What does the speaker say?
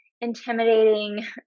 intimidating